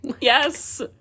Yes